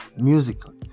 musically